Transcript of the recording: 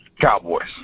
Cowboys